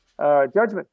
judgment